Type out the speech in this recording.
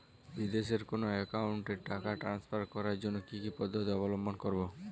বিদেশের কোনো অ্যাকাউন্টে টাকা ট্রান্সফার করার জন্য কী কী পদ্ধতি অবলম্বন করব?